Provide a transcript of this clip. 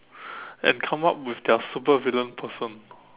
and come up with their supervillain person